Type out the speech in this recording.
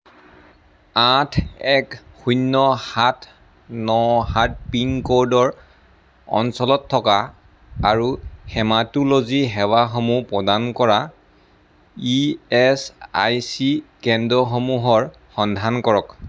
আঠ এক শূন্য সাত ন সাত পিনক'ডৰ অঞ্চলত থকা আৰু হেমাটোল'জি সেৱাসমূহ প্ৰদান কৰা ই এচ আই চি কেন্দ্ৰসমূহৰ সন্ধান কৰক